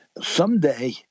Someday